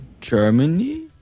Germany